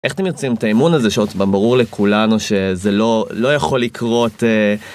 איך אתם מייצרים את האמון הזה, שעוד פעם, ברור לכולנו שזה לא, לא יכול לקרות